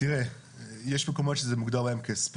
יש מקומות שבהם זה מוגדר בספורט.